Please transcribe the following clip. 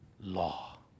law